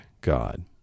God